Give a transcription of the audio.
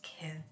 kids